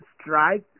strike